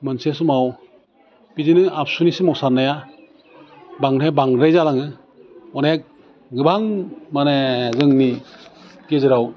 मोनसे समाव बिदिनो आबसुनि सोमावसारनाया बांद्राय बांद्राय जालाङो अनेक गोबां माने जोंनि गेजेराव